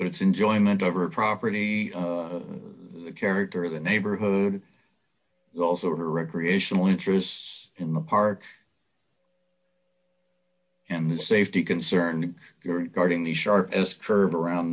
time it's enjoyment over property the character of the neighborhood also her recreational interests in the parks and the safety concern regarding the sharpest curve around